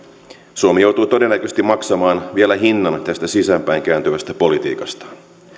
suomi joutuu todennäköisesti vielä maksamaan hinnan tästä sisäänpäin kääntyvästä politiikasta